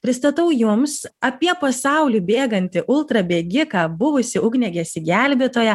pristatau jums apie pasaulį bėgantį ultrabėgiką buvusį ugniagesį gelbėtoją